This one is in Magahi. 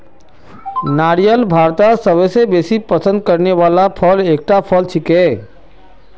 नारियल भारतत सबस बेसी पसंद करने वाला फलत एकता फल छिके